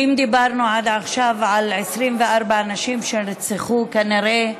ואם דיברנו עד עכשיו על 24 נשים שנרצחו, כנראה,